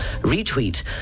retweet